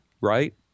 right